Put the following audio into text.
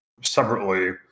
separately